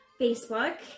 Facebook